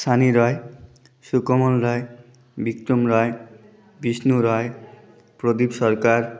Sunny Roy Sukomal Roy Bikram Roy Bishnu Roy Pradip Sarkar